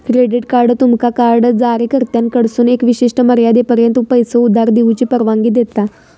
credit card तुमका card जारीकर्त्याकडसून एका विशिष्ट मर्यादेपर्यंत पैसो उधार घेऊची परवानगी देता